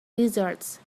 lizards